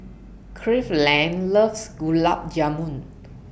Cleveland loves Gulab Jamun